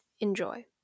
Enjoy